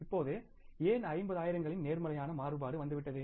இப்போது ஏன் 50 ஆயிரங்களின் நேர்மறையான மாறுபாடு வந்துவிட்டது